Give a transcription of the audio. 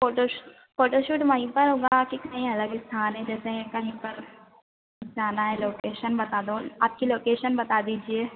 photo photoshoot वहीं पर होगा कि कहीं अलग स्थान है जैसे कहीं पर जाना है लोकेशन बता दो आपकी लोकेशन बता दीजिए